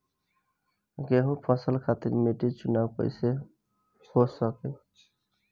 गेंहू फसल खातिर मिट्टी चुनाव कईसे होखे?